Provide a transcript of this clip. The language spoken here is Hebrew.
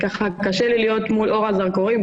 קשה לי להיות מול אור הזרקורים.